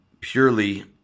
purely